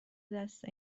دست